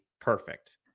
perfect